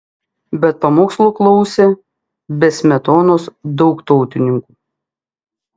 bet pamokslo klausė be smetonos daug tautininkų